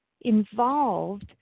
involved